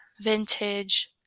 vintage